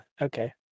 okay